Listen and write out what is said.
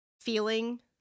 feeling